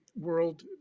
world